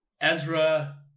Ezra